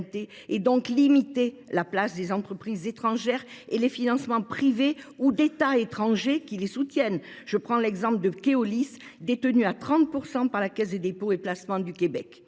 et donc limiter la place des entreprises étrangères et les financements privés ou d'états étrangers qui les soutiennent. Je prends l'exemple de Keolis détenu à 30% par la Caisse des dépôts et placements du Québec.